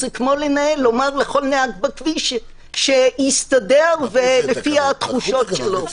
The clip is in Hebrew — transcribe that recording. זה כמו לומר לכל נהג בכביש שיסתדר לפי התחושות שלו.